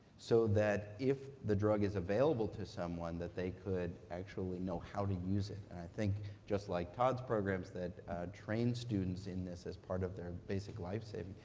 so that if the drug is available to someone, that they could actually know how to use it. and i think, just like todd's programs that train students in this as part of their basic lifesaving,